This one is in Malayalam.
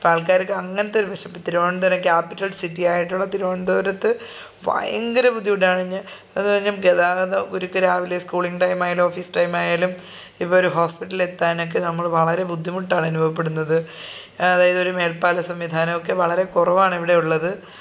അപ്പോൾ ആൾക്കാരൊക്കെ അങ്ങനത്തെ ഒരു വേഷത്തിൽ തിരുവന്തപുരം ക്യാപിറ്റൽ സിറ്റിയായിട്ടുള്ള തിരുവനന്തപുരത്ത് ഭയങ്കര ബുദ്ധിമുട്ടാണ് ഞ അത് പറഞ്ഞാൽ ഗതാഗത കുരിക്ക് രാവിലെ സ്കൂളിംഗ് ടൈം ആയാലും ഓഫീസ് ടൈം ആയാലും ഇപ്പോൾ ഒരു ഹോസ്പിറ്റലിൽ എത്താനൊക്കെ നമ്മൾ വളരെ ബുദ്ധിമുട്ടാണ് അനുഭവപ്പെടുന്നത് അതായത് ഒരു മേൽപ്പാല സംവിധാനമൊക്കെ വളരെ കുറവാണ് ഇവിടെ ഉള്ളത്